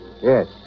Yes